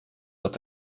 dat